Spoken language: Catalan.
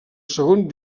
segon